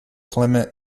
clement